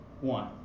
one